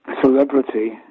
celebrity